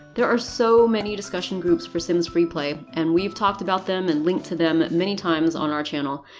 there are so many discussion groups for sims freeplay, and we've talked about them and linked to them many times on our channel.